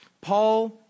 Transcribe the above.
Paul